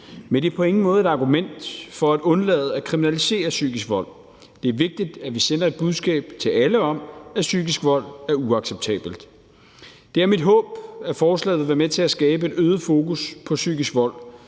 men det er på ingen måde et argument for at undlade at kriminalisere psykisk vold. Det er vigtigt, at vi sender et budskab til alle om, at psykisk vold er uacceptabelt. Det er mit håb, at forslaget vil være med til at skabe et øget fokus på psykisk vold,